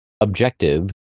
Objective